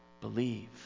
Believe